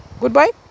goodbye